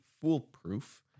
foolproof